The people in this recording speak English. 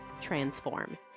transform